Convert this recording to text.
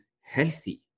healthy